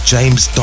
James